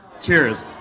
Cheers